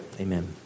Amen